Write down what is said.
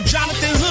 Jonathan